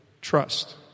trust